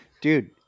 dude